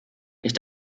ich